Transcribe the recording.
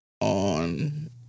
on